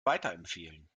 weiterempfehlen